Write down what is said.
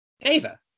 Ava